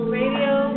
radio